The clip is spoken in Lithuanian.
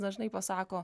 dažnai pasako